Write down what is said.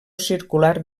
circular